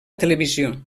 televisió